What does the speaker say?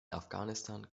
afghanistan